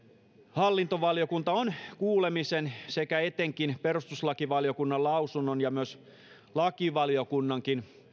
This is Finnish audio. hallintovaliokunta on kuulemisen sekä etenkin perustuslakivaliokunnan lausunnon ja myös lakivaliokunnan